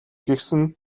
гэсэн